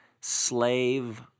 Slave